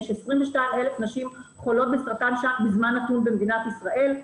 יש 22,000 נשים חולות בסרטן שד בזמן נתון במדינת ישראל.